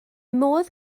modd